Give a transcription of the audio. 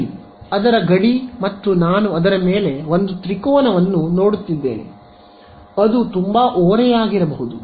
N ಅದರ ಗಡಿ ಮತ್ತು ನಾನು ಅದರ ಮೇಲೆ ಒಂದು ತ್ರಿಕೋನವನ್ನು ನೋಡುತ್ತಿದ್ದೇನೆ ಅದು ತುಂಬಾ ಓರೆಯಾಗಿರಬಹುದು